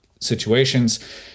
situations